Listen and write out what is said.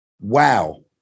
wow